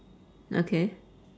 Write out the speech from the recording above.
okay